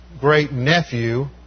great-nephew